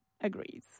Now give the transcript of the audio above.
agrees